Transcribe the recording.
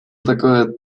этакое